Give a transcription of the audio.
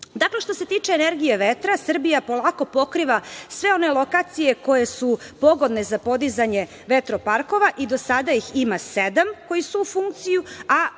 evra. Dakle, što se tiče energije vetra, Srbija polako pokriva sve one lokacije koje su pogodne za podizanje vetroparkova i do sada ih ima sedam koji su u funkciji,